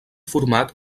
format